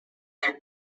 their